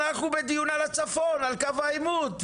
אנחנו בדיון על הצפון, על קו העימות.